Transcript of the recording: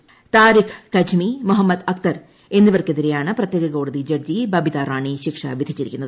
്താരിഖ് കജ്മി മുഹമ്മദ് അക്തർ എന്നിവർക്കെതിരെയാണ് പ്രത്യേക കോടതി ജഡ്ജി ബബിതാ റാണി ശിക്ഷ വിധിച്ചിരിക്കുന്നത്